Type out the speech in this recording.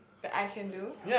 that I can do